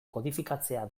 kodifikatzea